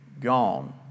gone